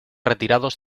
retirados